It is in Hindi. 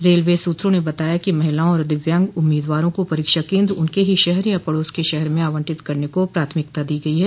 रेलवे सूत्रों ने बताया कि महिलाओं और दिव्यांग उम्मीदवारों को परीक्षा केन्द्र उनके ही शहर या पड़ोस क शहर में आवंटित करने को प्राथमिकता दी गई है